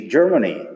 Germany